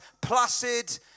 placid